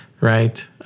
Right